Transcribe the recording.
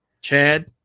Chad